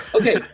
okay